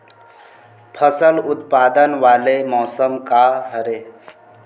फसल उत्पादन वाले मौसम का हरे?